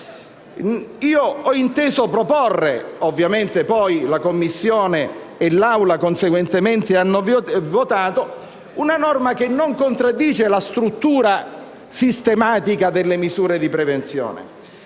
Ho inteso proporre - poi, ovviamente, la Commissione e l'Assemblea hanno conseguentemente votato - una norma che non contraddice la struttura sistematica delle misure di prevenzione,